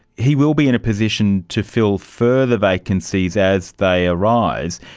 he will be in a position to fill further vacancies as they arise,